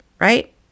Right